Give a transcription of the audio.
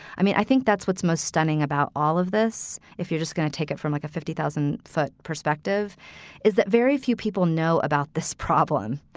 i mean, i think that's what's most stunning about all of this. if you're just going to take it from like a fifty thousand foot perspective is that very few people know about this problem.